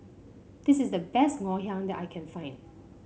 this is the best Ngoh Hiang that I can find